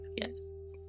yes